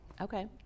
Okay